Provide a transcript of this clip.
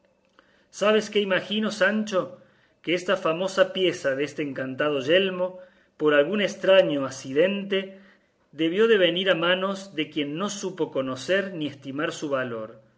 sabes qué imagino sancho que esta famosa pieza deste encantado yelmo por algún estraño acidente debió de venir a manos de quien no supo conocer ni estimar su valor